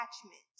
attachment